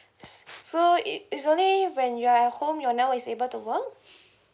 s~ so it is only when you're at home your network is able to work